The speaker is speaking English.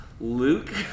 Luke